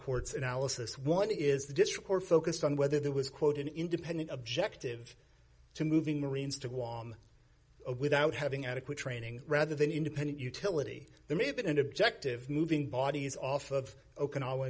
court's analysis one is the discourse focused on whether there was quote an independent objective to moving marines to guam without having adequate training rather than independent utility there may have been an objective moving bodies off of okinawa